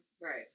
Right